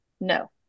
no